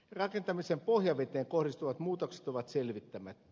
rakentamisen pohjaveteen kohdistuvat muutokset ovat selvittämättä